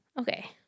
Okay